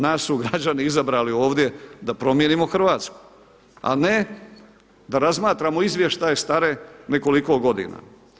Nas su građani izabrali ovdje da promijenimo Hrvatsku, a ne da razmatramo izvještaje stare nekoliko godina.